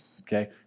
okay